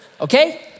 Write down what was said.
okay